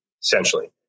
essentially